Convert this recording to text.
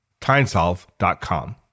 TimeSolve.com